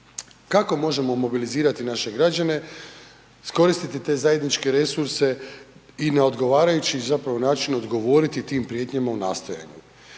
Kako možemo mobilizirati naše građane? Iskoristiti te zajedničke resurse i na odgovarajući zapravo način odgovoriti tim prijetnjama u nastojanju.